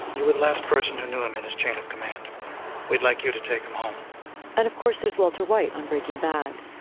were the last person who knew him and his chain of command we'd like you to take him home. and of course, there's walter white on breaking bad.